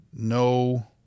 No